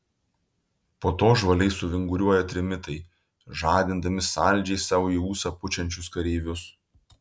po to žvaliai suvinguriuoja trimitai žadindami saldžiai sau į ūsą pučiančius kareivius